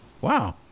Wow